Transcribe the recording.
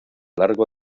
largo